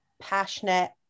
passionate